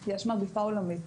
כי יש מגיפה עולמית.